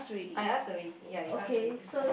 I asked already ya you asked already